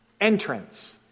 entrance